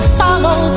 follow